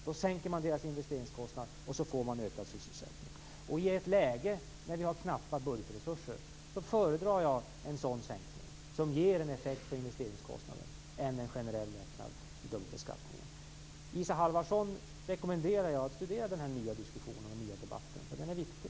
Då sänker man deras investeringskostnad, och så får man ökad sysselsättning. I ett läge med knappa budgetresurser föredrar jag en sådan sänkning, som ger en effekt på investeringskostnaden, framför en generell lättnad i dubbelbeskattningen. Jag rekommenderar Isa Halvarsson att studera den nya diskussionen och debatten, för den är viktig.